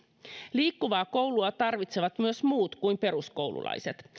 liikkuvaa koulua tarvitsevat myös muut kuin peruskoululaiset